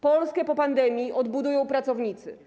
Polskę po pandemii odbudują pracownicy.